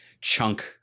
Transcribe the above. chunk